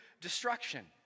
destruction